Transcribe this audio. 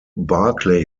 barkley